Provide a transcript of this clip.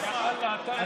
כמה זמן, שבועיים?